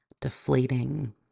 deflating